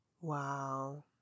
Wow